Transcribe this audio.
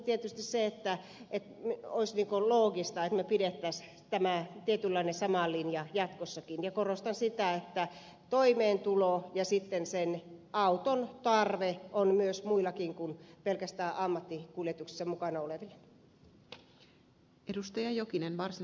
minusta se olisi tietysti loogista että me pitäisimme tämän tietynlaisen saman linjan jatkossakin ja korostan sitä että toimeentulo ja auton tarve on myös muillakin kuin pelkästään ammattikuljetuksessa mukana olevilla